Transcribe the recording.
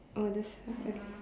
oh that's ah okay